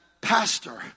pastor